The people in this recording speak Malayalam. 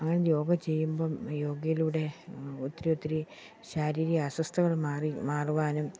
അങ്ങനെ യോഗ ചെയ്യുമ്പം യോഗയിലൂടെ ഒത്തിരി ഒത്തിരി ശാരീരിക അസ്വസ്ഥതകൾ മാറി മാറുവാനും